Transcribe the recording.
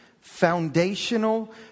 foundational